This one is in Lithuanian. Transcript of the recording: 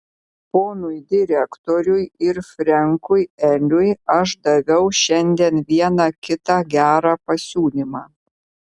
ponui direktoriui ir frenkui eliui aš daviau šiandien vieną kitą gerą pasiūlymą